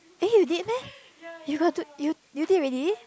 eh you did meh you got do you you did already